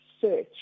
search